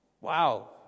Wow